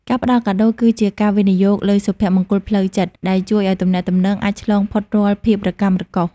ការផ្ដល់កាដូគឺជាការវិនិយោគលើសុភមង្គលផ្លូវចិត្ត ដែលជួយឱ្យទំនាក់ទំនងអាចឆ្លងផុតរាល់ភាពរកាំរកូស។